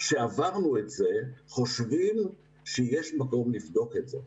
שעברנו את זה, חושבים שיש מקום לבדוק את זה.